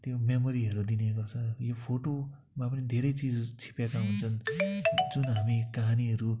त्यो मेमोरीहरू दिने गर्छ यो फोटोमा पनि धेरै चिज छिपेका हुन्छन् जुन हामी कहानीहरू